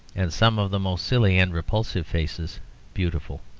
and some of the most silly and repulsive faces beautiful.